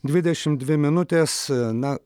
dvidešim dvi minutės na